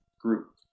group